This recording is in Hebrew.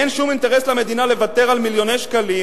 אין שום אינטרס למדינה לוותר על מיליוני שקלים